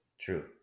true